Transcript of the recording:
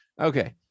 okay